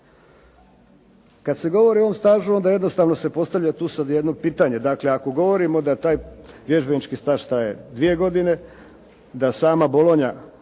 Kada se govori o ovom stažu tu se postavlja jedno pitanje. Dakle, ako govorimo da taj vježbenički staž traje dvije godine, da sama Bolonja